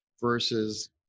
versus